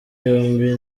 yombi